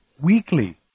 Weekly